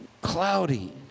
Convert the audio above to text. cloudy